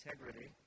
integrity